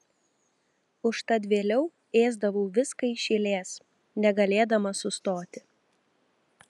užtat vėliau ėsdavau viską iš eilės negalėdama sustoti